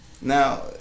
now